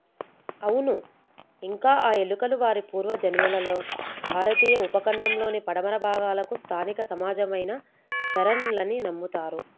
అవును ఇంకా ఆ ఎలుకలు వారి పూర్వ జన్మలలో భారతీయ ఉపఖండంలోని పడమర భాగాలకు స్థానిక సమాజమైన చరణ్లని నమ్ముతారు